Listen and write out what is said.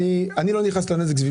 אני לא נכנס לזה.